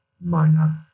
minor